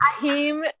team